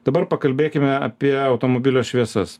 dabar pakalbėkime apie automobilio šviesas